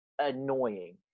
annoying